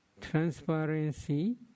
transparency